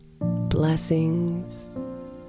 blessings